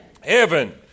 heaven